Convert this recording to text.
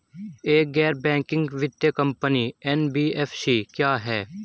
एक गैर बैंकिंग वित्तीय कंपनी एन.बी.एफ.सी क्या है?